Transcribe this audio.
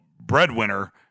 breadwinner